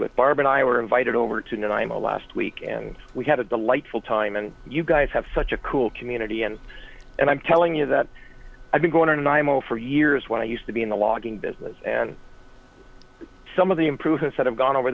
with barb and i were invited over to know i am a last week and we had a delightful time and you guys have such a cool community and and i'm telling you that i've been going and i'm all for years when i used to be in the logging business and some of the improvements that have gone over